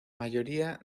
mayoría